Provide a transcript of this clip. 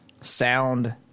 sound